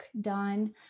done